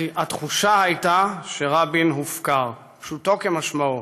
התחושה הייתה שרבין הופקר, פשוטו כמשמעו.